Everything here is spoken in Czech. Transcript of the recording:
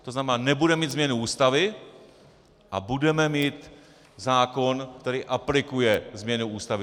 To znamená, nebudeme mít změnu Ústavy a budeme mít zákon, který aplikuje změny Ústavy.